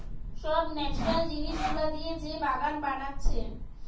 সব ন্যাচারাল জিনিস গুলা দিয়ে যে বাগান বানাচ্ছে